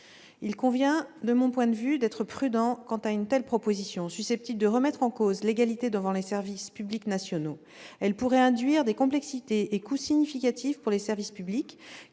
Il convient de mon point de vue d'être prudent quant à une telle proposition, susceptible de remettre en cause l'égalité devant les services publics nationaux. Elle pourrait induire des complexités et des coûts significatifs pour les services publics,